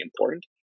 important